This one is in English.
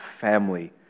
family